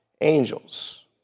angels